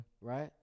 right